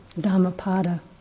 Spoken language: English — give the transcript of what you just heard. Dhammapada